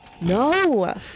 No